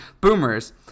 boomers